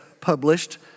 published